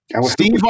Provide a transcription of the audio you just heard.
Steve